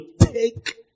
take